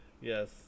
Yes